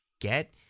get